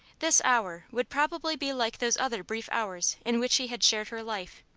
this hour would probably be like those other brief hours in which he had shared her life.